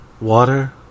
water